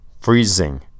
Freezing